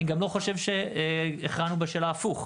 אני גם לא חושב שהכרענו בשאלה הפוך,